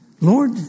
Lord